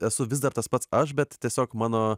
esu vis dar tas pats aš bet tiesiog mano